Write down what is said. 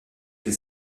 les